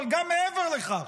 אבל גם מעבר לכך.